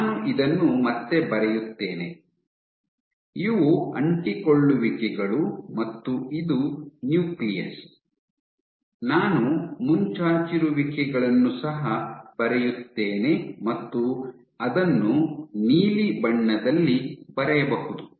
ನಾನು ಇದನ್ನು ಮತ್ತೆ ಬರೆಯುತ್ತೇನೆ ಇವು ಅಂಟಿಕೊಳ್ಳುವಿಕೆಗಳು ಮತ್ತು ಇದು ನ್ಯೂಕ್ಲಿಯಸ್ ನಾನು ಮುಂಚಾಚಿರುವಿಕೆಗಳನ್ನು ಸಹ ಬರೆಯುತ್ತೇನೆ ಮತ್ತು ಅದನ್ನು ನೀಲಿ ಬಣ್ಣದಲ್ಲಿ ಬರೆಯಬಹುದು